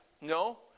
No